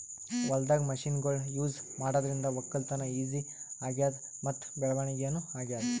ಹೊಲ್ದಾಗ್ ಮಷಿನ್ಗೊಳ್ ಯೂಸ್ ಮಾಡಾದ್ರಿಂದ ವಕ್ಕಲತನ್ ಈಜಿ ಆಗ್ಯಾದ್ ಮತ್ತ್ ಬೆಳವಣಿಗ್ ನೂ ಆಗ್ಯಾದ್